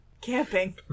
camping